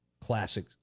classic